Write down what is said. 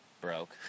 broke